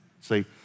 See